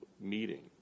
meeting